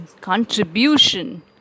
contribution